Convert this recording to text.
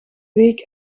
week